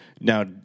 Now